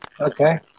okay